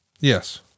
Yes